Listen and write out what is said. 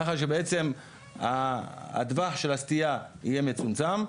ככה שבעצם הטווח של הסטייה יהיה מצומצם,